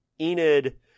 enid